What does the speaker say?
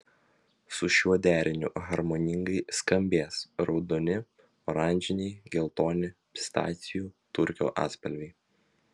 su šiuo deriniu harmoningai skambės raudoni oranžiniai geltoni pistacijų turkio atspalviai